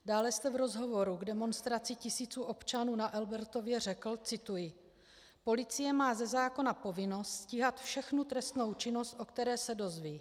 Dále jste v rozhovoru k demonstraci tisíců občanů na Albertově řekl: Policie má ze zákona povinnost stíhat všechnu trestnou činnost, o které se dozví.